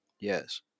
Yes